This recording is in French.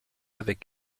avec